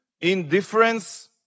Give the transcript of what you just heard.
indifference